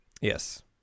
Yes